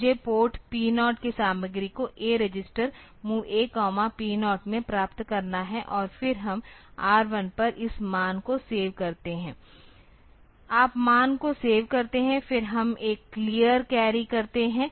तो मुझे port P 0 की सामग्री को A रेजिस्टर MOV AP0 में प्राप्त करना है और फिर हम R1 पर इस मान को सेव करते है आप मान को सेव करते है फिर हम एक क्लियर कैरी करते हैं